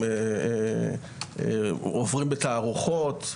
הם עוברים בתערוכות.